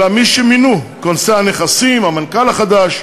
אלא מי שמינו, כונסי הנכסים, המנכ"ל החדש.